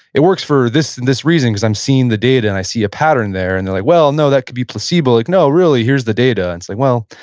it works for this and this reason, because i'm seeing the data and i see a pattern there. and they're like, well, no, that could be placebo. like, no, really, here's the data. and it's like, well,